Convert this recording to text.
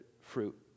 fruit